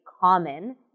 common